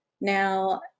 Now